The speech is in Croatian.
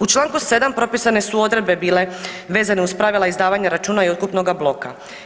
U čl. 7 propisane su odredbe bile vezane uz pravila izdavanja računa i otkupnoga bloka.